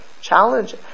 challenge